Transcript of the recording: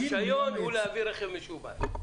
הרישיון הוא להביא רכב משומש.